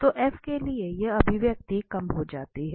तो f के लिए यह अभिव्यक्ति कम हो जाती है